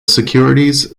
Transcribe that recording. securities